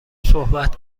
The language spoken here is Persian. صحبت